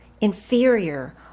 inferior